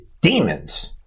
demons